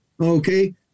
okay